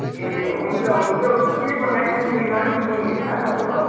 ए हुन्छ हुन्छ त्यो टेलिफोन एक्सचेन्जदेखिन् अलिकिति मुनि होइन तपाईँको